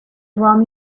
rum